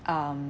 um